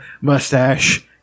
mustache